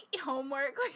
homework